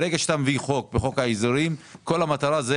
ברגע שאתה מביא חוק בחוק ההסדרים כל המטרה היא